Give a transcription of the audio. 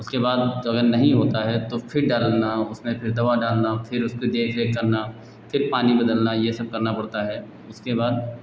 उसके बाद वज़न नहीं होता है तो फ़िर डालना उसमें फ़िर दवा डालना उसकी फ़िर देखरेख करना फ़िर पानी बदलना यह सब करना पड़ता है इसके बाद